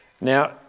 Now